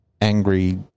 angry